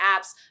apps